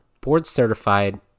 board-certified